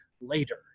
later